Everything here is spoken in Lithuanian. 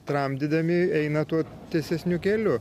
tramdydami eina tuo tiesesniu keliu